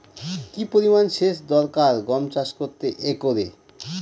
কি পরিমান সেচ দরকার গম চাষ করতে একরে?